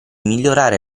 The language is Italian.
migliorare